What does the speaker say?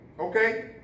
Okay